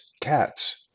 cats